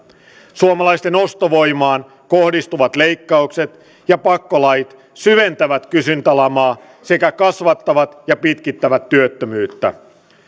suomalaisten ostovoimaan kohdistuvat leikkaukset ja pakkolait syventävät kysyntälamaa sekä kasvattavat ja pitkittävät työttömyyttä